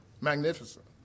Magnificent